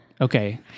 Okay